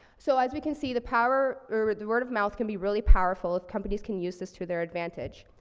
so as we can see the power, or, the word of mouth can be really powerful if companies can use this to their advantage.